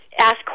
ask